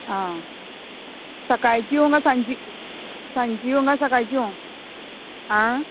आं सकाळची yoga सांची सांची यो गा सकाळची यो आं